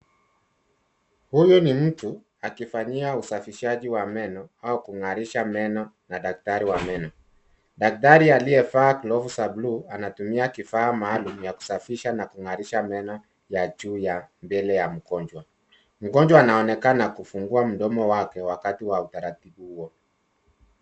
Huyu ni mtu akifanyia usafishaji wa meno au kung'arisha meno na daktari wa meno. Daktari aliyevaa glovu za bluu anatumia kifaa maalum ya kusafisha na kung'arisha meno ya juu ya mbele ya mgonjwa. Mgonjwa anaonekana kufungua mdomo wake wakati wa utaratibu huo.